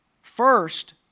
First